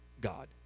God